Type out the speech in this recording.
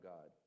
God